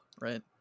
right